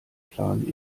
plan